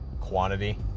quantity